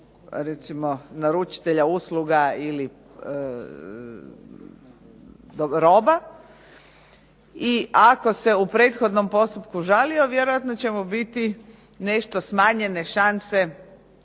recimo naručitelja usluga ili roba i ako se u prethodnom postupku žalio vjerojatno će mu biti nešto smanjene šanse